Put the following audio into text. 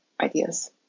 ideas